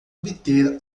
obter